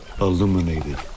illuminated